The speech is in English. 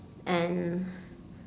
and